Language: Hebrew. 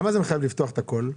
למה זה מחייב לפתוח את הכול?